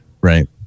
right